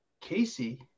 Casey